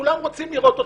כולם רוצים לראות אותם.